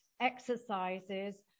exercises